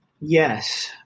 Yes